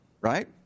right